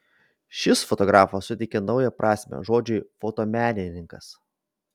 šis fotografas suteikė naują prasmę žodžiui fotomenininkas